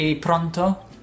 pronto